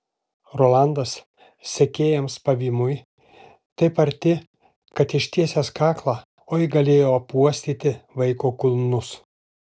rolandas sekėjams pavymui taip arti kad ištiesęs kaklą oi galėjo apuostyti vaiko kulnus